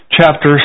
chapter